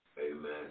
amen